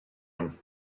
him